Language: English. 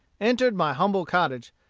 entered my humble cottage,